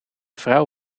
vrouw